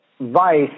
Vice